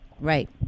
Right